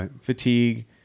fatigue